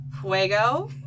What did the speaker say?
Fuego